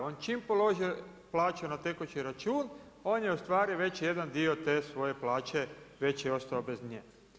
On čim položi plaću na tekući račun on je ostvario već jedan dio te svoje plaće, već je ostao bez nje.